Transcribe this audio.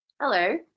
Hello